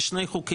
יש שני חוקים,